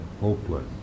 hopeless